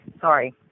Sorry